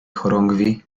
chorągwi